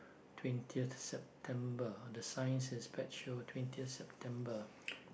twentieth September the sign says pet show twentieth September